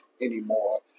anymore